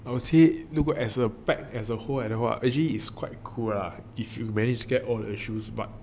I would say 如果 as a pack as a whole 的话 actually is quite cool lah if you managed to get all issues but